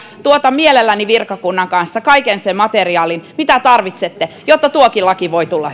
tuotan mielelläni virkakunnan kanssa kaiken sen materiaalin mitä tarvitsette jotta tuokin laki voi tulla